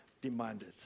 demanded